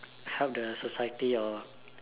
help the society or